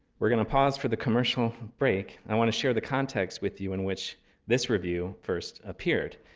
we're going to pause for the commercial break. i want to share the context with you in which this review first appeared.